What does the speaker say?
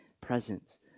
presence